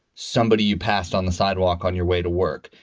somebody you passed on the sidewalk on your way to work.